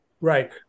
Right